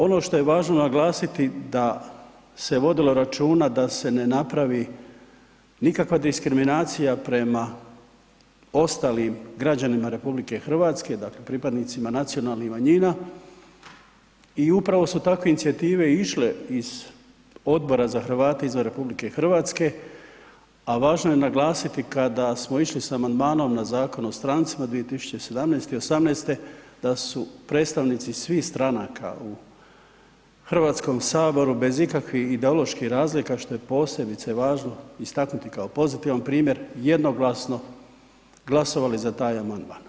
Ono što je važno naglasiti da se vodilo računa da se ne napravi nikakva diskriminacija prema ostalim građanima RH dakle pripadnicima nacionalnih manjina i upravo su takve inicijative išle iz Odbora za Hrvate izvan RH, a važno je naglasiti kada smo išli s amandmanom na Zakon o strancima 2017. i '18., da su predstavnici svih stranaka u Hrvatskom saboru bez ikakvih ideoloških razlika što je posebno važno istaknuti kao pozitivan primjer, jednoglasno glasovali za taj amandman.